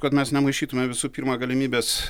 kad mes nemaišytume visų pirma galimybės